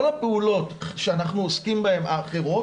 כל הפעולות האחרות שאנחנו עוסקים בהן,